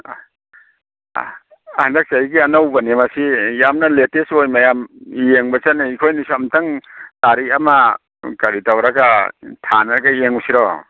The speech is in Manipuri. ꯍꯟꯗꯛ ꯆꯍꯤꯒꯤ ꯑꯅꯧꯕꯅꯦ ꯃꯁꯤ ꯌꯥꯝꯅ ꯂꯦꯇꯦꯁ ꯑꯣꯏ ꯃꯌꯥꯝ ꯌꯦꯡꯕ ꯆꯠꯅꯩ ꯑꯩꯈꯣꯏꯅꯤꯁꯨ ꯑꯝꯇꯪ ꯇꯥꯔꯤꯛ ꯑꯃ ꯀꯔꯤ ꯇꯧꯔꯒ ꯊꯥꯅꯔꯒ ꯌꯦꯡꯉꯨꯁꯤꯔꯣ